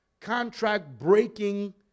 contract-breaking